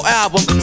album